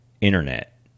internet